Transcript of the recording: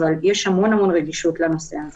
יש המון רגישות לנושא הזה